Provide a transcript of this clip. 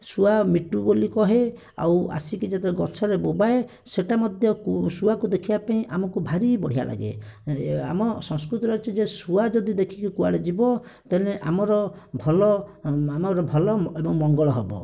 ଶୁଆ ମିଟୁ ବୋଲି କୁହେ ଆଉ ଆସିକି ଯେତେବେଳେ ଗଛରେ ବୋବାଏ ସେଇଟା ମଧ୍ୟ ଶୁଆକୁ ଦେଖିବା ପାଇଁ ଆମକୁ ଭାରି ବଢ଼ିଆ ଲାଗେ ଏ ଆମ ସଂସ୍କୃତିରେ ଅଛି ଶୁଆ ଯଦି ଦେଖିକି କୁଆଡ଼େ ଯିବ ଦେଲେ ଆମର ଭଲ ଆମର ଭଲ ମଙ୍ଗଳ ହେବ